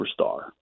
superstar